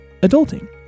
adulting